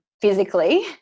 physically